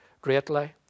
greatly